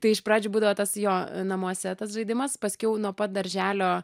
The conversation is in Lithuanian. tai iš pradžių būdavo tas jo namuose tas žaidimas paskiau nuo pat darželio